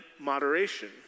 moderation